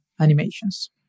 animations